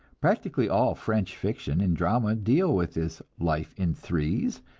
practically all french fiction and drama deal with this life in threes,